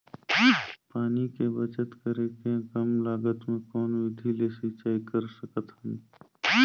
पानी के बचत करेके कम लागत मे कौन विधि ले सिंचाई कर सकत हन?